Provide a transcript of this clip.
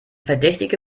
verdächtige